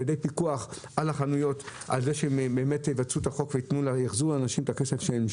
פיקוח על החנויות שיחזירו לאנשים את הכסף.